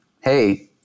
hey